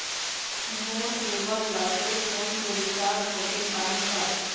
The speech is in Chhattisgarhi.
मोर केबल ला सेल फोन से रिचार्ज होथे पाही का?